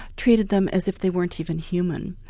treated them as if they weren't even human,